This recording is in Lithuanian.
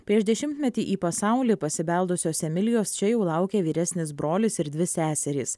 prieš dešimtmetį į pasaulį pasibeldusios emilijos čia jau laukė vyresnis brolis ir dvi seserys